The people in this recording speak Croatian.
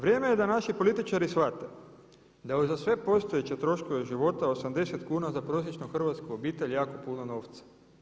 Vrijeme je da naši političari shvate da je uza sve postojeće troškove života 80 kn za prosječnu hrvatsku obitelj jako puno novca.